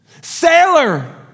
Sailor